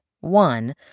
one